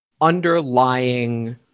underlying